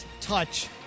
touch